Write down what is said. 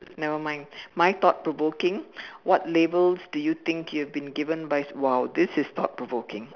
nevermind my thought provoking what labels do you think you've been given by s~ !wow! this is thought provoking